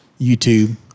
YouTube